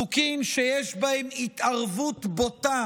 חוקים שיש בהם התערבות בוטה